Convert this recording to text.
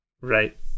Right